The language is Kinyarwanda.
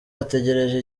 ategereje